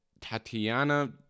Tatiana